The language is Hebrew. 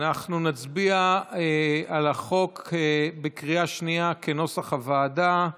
אנחנו נצביע על החוק בקריאה שנייה כנוסח הוועדה.